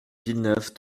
villeneuve